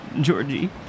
Georgie